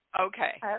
okay